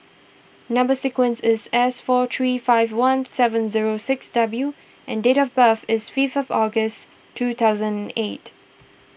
Number Sequence is S four three five one seven zero six W and date of birth is fifth August two thousand eight